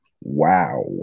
Wow